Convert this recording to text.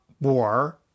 War